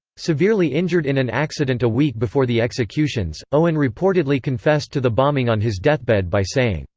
severely injured in an accident a week before the executions, owen reportedly confessed to the bombing on his deathbed by saying,